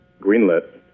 greenlit